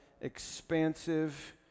expansive